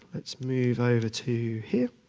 let's move over to here.